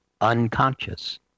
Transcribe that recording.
unconscious